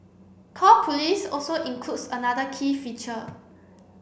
call police also includes another key feature